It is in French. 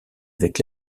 avec